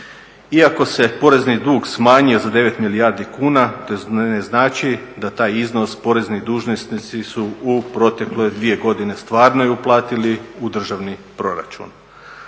Iako se porezni dug smanjio za 9 milijardi kuna to ne znači da taj iznos porezni dužnosnici su u protekle 2 godine stvarno i uplatiti u državni proračun.